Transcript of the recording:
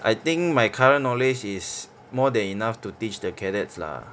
I think my current knowledge is more than enough to teach the cadets lah